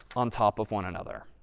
on top of one another.